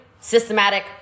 systematic